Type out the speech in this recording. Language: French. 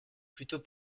plutôt